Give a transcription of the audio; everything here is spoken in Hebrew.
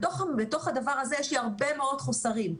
בתוך הדבר הזה יש לי הרבה מאוד חוסרים,